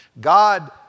God